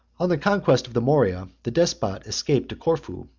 on the conquest of the morea, the despot escaped to corfu,